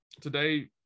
today